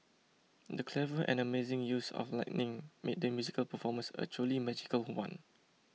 the clever and amazing use of lighting made the musical performance a truly magical one